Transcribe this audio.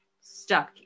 stuck